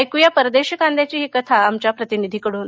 ऐकूया परदेशी कांद्याची ही कथा आमच्या प्रतिनिधीकडून